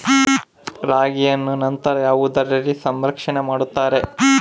ರಾಗಿಯನ್ನು ನಂತರ ಯಾವುದರಲ್ಲಿ ಸಂರಕ್ಷಣೆ ಮಾಡುತ್ತಾರೆ?